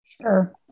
Sure